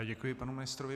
Děkuji panu ministrovi.